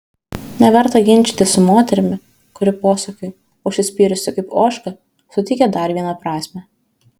neverta ginčytis su moterimi kuri posakiui užsispyrusi kaip ožka suteikė dar vieną prasmę